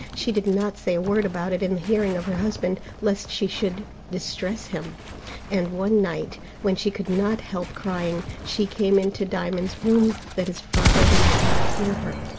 she did not say a word about it in the hearing of her husband, lest she should distress him and one night, when she could not help crying, she came into diamond's room that his father might not hear her.